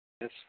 Yes